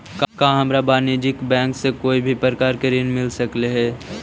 का हमरा वाणिज्य बैंक से कोई भी प्रकार के ऋण मिल सकलई हे?